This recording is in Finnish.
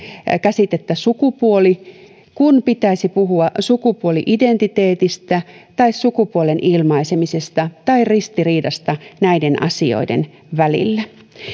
käsitettä sukupuoli kun pitäisi puhua sukupuoli identiteetistä tai sukupuolen ilmaisemisesta tai ristiriidasta näiden asioiden välillä